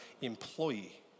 employee